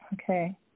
Okay